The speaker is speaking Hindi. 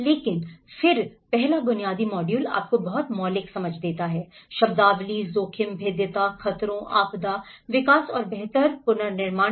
लेकिन फिर पहला बुनियादी मॉड्यूल आपको बहुत मौलिक समझ देता है शब्दावली जोखिम भेद्यता खतरों आपदा विकास और बेहतर वापस निर्माण